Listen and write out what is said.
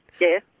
yes